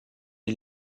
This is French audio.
est